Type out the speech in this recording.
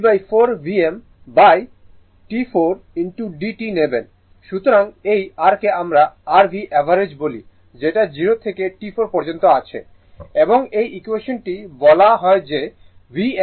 সুতরাং এই r কে আমরা r V অ্যাভারেজ বলি যেটা 0 থেকে T4 পর্যন্ত আছে এবং এই ইকুয়েশন টি বলা যে Vm 4 tdt